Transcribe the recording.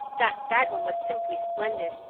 that sad one was simply splendid.